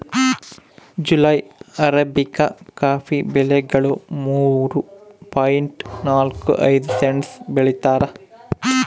July arabica coffee ಬೆಲೆಗಳು ಮೂರು point ನಾಲ್ಕು ಐದು ಸೆಂಟ್ಸ್ ಬೆಳೀತಾರ